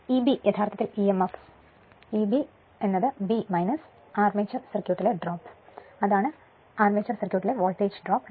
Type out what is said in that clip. Eb യഥാർത്ഥത്തിൽ Emf Eb V armature സർക്യൂട്ടിലെ drop അതാണ് അർമേച്ചർ സർക്യൂട്ടിലെ വോൾട്ടേജ് ഡ്രോപ്പ്